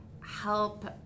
help